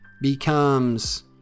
becomes